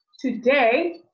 today